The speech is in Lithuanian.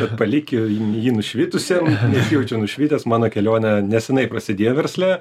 bet palikę jį nušvitusiem nesijaučiu nušvitęs mano kelionė nesenai prasidėjo versle